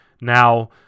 now